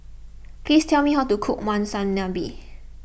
please tell me how to cook Monsunabe